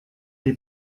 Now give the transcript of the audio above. die